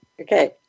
Okay